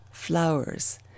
flowers